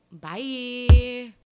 Bye